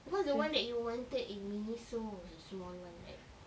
cause the one that you wanted in miniso is the small one right